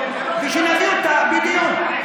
בשביל להביא אותה ------ בדיוק.